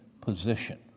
position